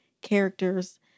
characters